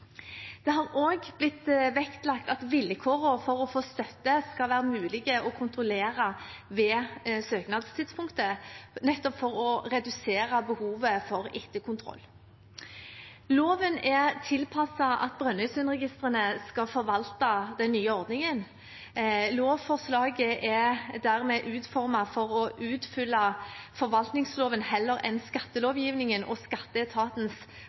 Det er også blitt vektlagt at vilkårene for å få støtte skal være mulig å kontrollere ved søknadstidspunktet, nettopp for å redusere behovet for etterkontroll. Loven er tilpasset at Brønnøysundregistrene skal forvalte den nye ordningen. Lovforslaget er dermed utformet for å utfylle forvaltningsloven heller enn skattelovgivningen og skatteetatens